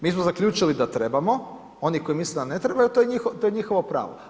Mi smo zaključili da trebamo, oni koji misle da ne trebaju to je njihovo pravo.